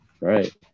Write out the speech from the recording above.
right